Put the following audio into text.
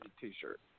T-shirt